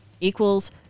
equals